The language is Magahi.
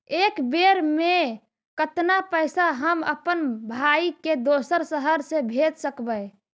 एक बेर मे कतना पैसा हम अपन भाइ के दोसर शहर मे भेज सकबै?